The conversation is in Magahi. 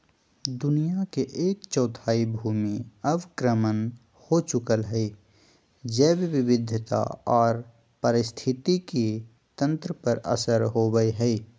दुनिया के एक चौथाई भूमि अवक्रमण हो चुकल हई, जैव विविधता आर पारिस्थितिक तंत्र पर असर होवई हई